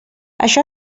això